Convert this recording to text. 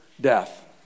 death